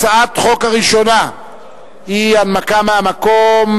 הצעת החוק הראשונה היא בהנמקה מהמקום,